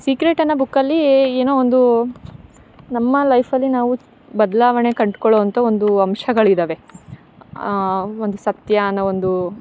secret ಅನ್ನೊ ಬುಕಲ್ಲೀ ಏನೋ ಒಂದು ನಮ್ಮ ಲೈಫಲ್ಲಿ ನಾವು ಬದಲಾವಣೆ ಕಂಡುಕೊಳ್ವೊಂತ ಒಂದು ಅಂಶಗಳಿದಾವೆ ಒಂದು ಸತ್ಯಾನ ಒಂದು